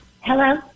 Hello